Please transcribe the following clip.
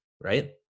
right